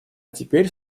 теперь